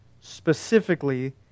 specifically